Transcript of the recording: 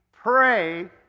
Pray